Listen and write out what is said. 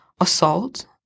assault